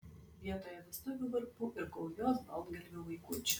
vietoje vestuvių varpų ir gaujos baltgalvių vaikučių